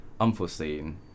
unforeseen